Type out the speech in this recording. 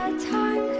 um time